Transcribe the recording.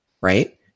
Right